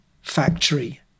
factory